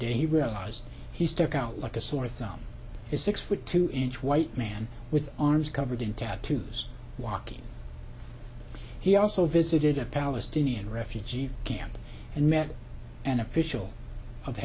day he realized he stuck out like a sore thumb is six foot two inch white man with arms covered in tattoos walking he also visited a palestinian refugee camp and met an official of